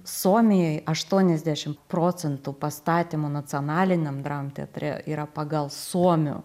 suomijoj aštuoniasdešim procentų pastatymų nacionaliniam dramteatre yra pagal suomių